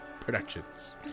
Productions